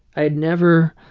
i had never